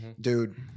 dude